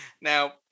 Now